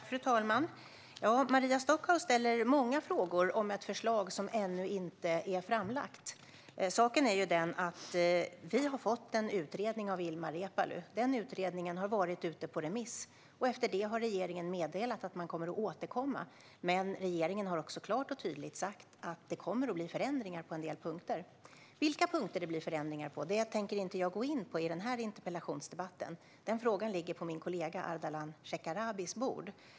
Fru talman! Maria Stockhaus ställer många frågor om ett förslag som ännu inte är framlagt. Saken är ju den att vi har fått en utredning av Ilmar Reepalu. Den utredningen har varit ute på remiss. Efter det har regeringen meddelat att man kommer att återkomma, men regeringen har också klart och tydligt sagt att det kommer att bli förändringar på en del punkter. Vilka punkter som det blir förändringar på tänker jag inte gå in på i den här interpellationsdebatten. Den frågan ligger på min kollega Ardalan Shekarabis bord.